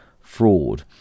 fraud